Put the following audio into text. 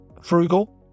frugal